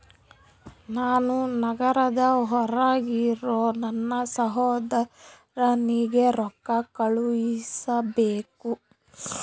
ನಾನು ನಗರದ ಹೊರಗಿರೋ ನನ್ನ ಸಹೋದರನಿಗೆ ರೊಕ್ಕ ಕಳುಹಿಸಬೇಕು